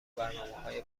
برنامههای